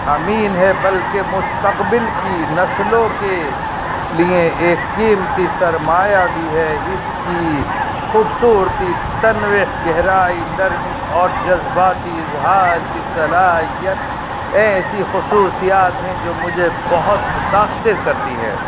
امین ہے بلکہ مستقبل کی نسلوں کے لیے ایک قیمتی سرمایہ بھی ہے اس کی خوبصورتی تنوع گہرائی نرمی اور جذباتی اظہار کی صلاحیت ایسی خصوصیات ہیں جو مجھے بہت متاثر کرتی ہیں